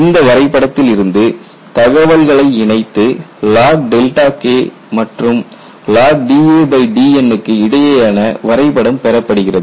இந்த வரைபடத்தில் இருந்து தகவல்களை இணைத்து logK மற்றும் log dadNக்கு இடையேயான வரைபடம் பெறப்படுகிறது